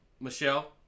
Michelle